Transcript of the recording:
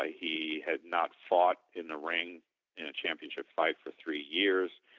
ah he had not fought in the ring, in a championship fight for three years.